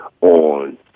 on